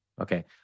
Okay